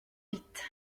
vite